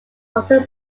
also